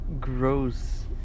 gross